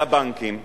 זה הבנקים,